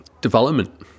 development